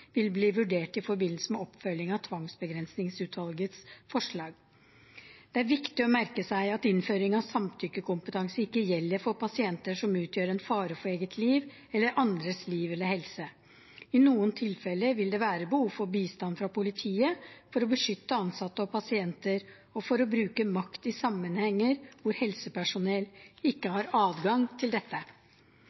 vil bli vurdert i forbindelse med oppfølging av tvangslovutvalgets forslag. Det er viktig å merke seg at innføring av samtykkekompetanse ikke gjelder for pasienter som utgjør en fare for eget liv eller andres liv eller helse. I noen tilfeller vil det være behov for bistand fra politiet for å beskytte ansatte og pasienter og for å bruke makt i sammenhenger hvor helsepersonell ikke har adgang til dette.